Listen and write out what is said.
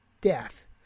Death